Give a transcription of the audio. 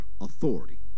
authority